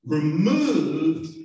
removed